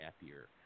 happier